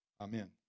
Amen